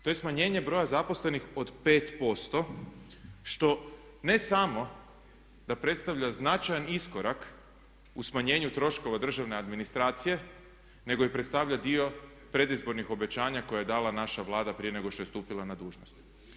To je smanjenje broja zaposlenih od 5% što ne samo da predstavlja značajan iskorak u smanjenju troškova državne administracije, nego i predstavlja dio predizbornih obećanja koje je dala naša Vlada prije nego što je stupila na dužnost.